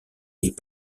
est